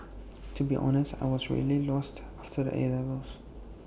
to be honest I was really lost after the 'A' levels